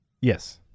Yes